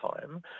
time